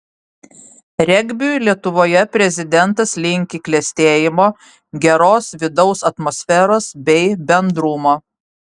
regbiui lietuvoje prezidentas linki klestėjimo geros vidaus atmosferos bei bendrumo